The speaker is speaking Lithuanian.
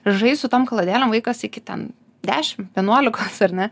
žais su tom kaladėlėm vaikas iki ten dešim vienuolikos ar ne